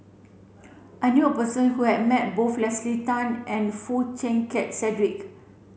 I knew a person who has met both Leslie Tay and Foo Chee Keng Cedric